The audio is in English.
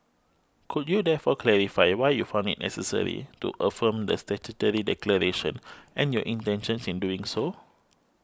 could you therefore clarify why you found it necessary to affirm the statutory declaration and your intentions in doing so